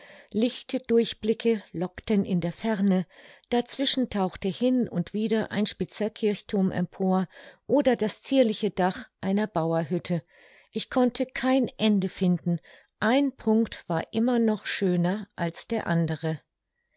lichte durchblicke lockten in die ferne dazwischen tauchte hin und wieder ein spitzer kirchthurm empor oder das zierliche dach einer bauerhütte ich konnte kein ende finden ein punkt war immer noch schöner als der andere